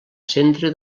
centre